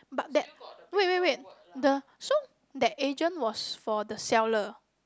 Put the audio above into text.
but that wait wait wait the so that agent was for the seller